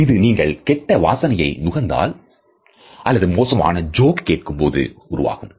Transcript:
இது நீங்கள் கெட்ட வாசனையை நுகர்ந்தால் அல்லது மோசமான ஜோக் கேட்கும்போது உருவாகும்